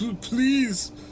please